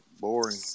boring